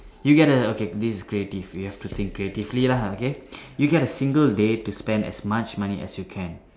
you get a okay this is creative you have to think creatively lah okay you get a single day to spend as much money as you can